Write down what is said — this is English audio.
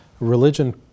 Religion